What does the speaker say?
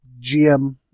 GM